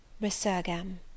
Resurgam